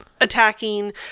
attacking